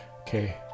okay